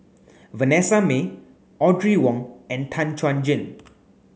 Vanessa Mae Audrey Wong and Tan Chuan Jin